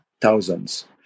thousands